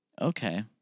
Okay